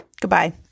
Goodbye